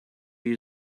you